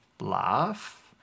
laugh